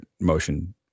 Motion